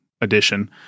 edition